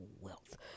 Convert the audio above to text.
wealth